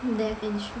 death insurance